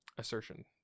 assertion